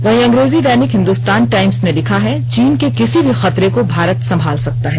वहीं अंग्रेजी दैनिक हिन्दुस्तान टाईम्स ने लिखा है चीन के किसी भी खतरे को भारत संभाल सकता है